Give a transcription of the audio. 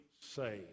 saved